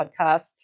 podcast